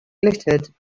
glittered